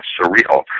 surreal